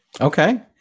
Okay